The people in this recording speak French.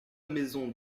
maisons